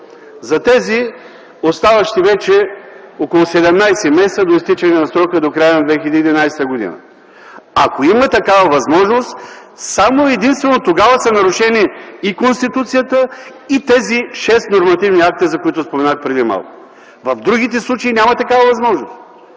за тези оставащи вече около 17 месеца до изтичане на срока до края на 2011 г.? Ако има такава възможност, само и единствено тогава са нарушени и Конституцията, и тези шест нормативни акта, за които споменах преди малко. В другите случаи няма такава възможност.